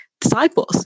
disciples